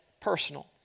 personal